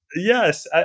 Yes